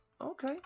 Okay